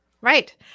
Right